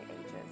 ages